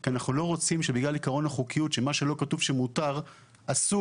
כי אנחנו לא רוצים שבגלל עיקרון החוקיות שמה שלא כתוב שמותר הוא אסור,